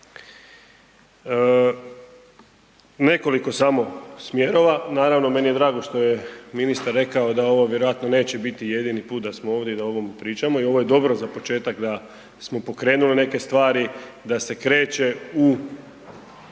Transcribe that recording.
nekoliko samo smjerova, naravno meni je drago što je ministar rekao da ovo vjerojatno neće biti jedini put da smo ovdje i da o ovom pričamo i ovo je dobro za početak da smo pokrenuli neke stvari, da se kreće u